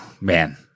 man